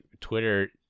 Twitter